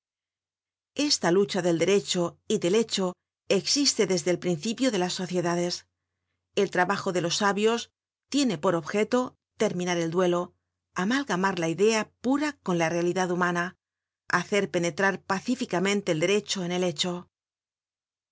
esta lucha del derecho y del hecho existe desde el principio de las sociedades el trabajo de los sabios tiene por objeto terminar el duelo amalgamar la idea pura con la realidad humana hacer penetrar pacíficamente el derecho en el hecho